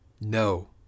No